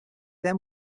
then